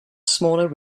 smaller